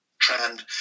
trend